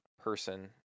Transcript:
person